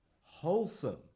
wholesome